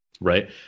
Right